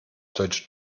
deutsche